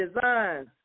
designs